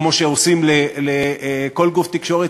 כמו שעושים לכל גוף תקשורת,